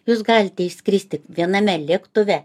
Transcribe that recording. jūs galite išskristi viename lėktuve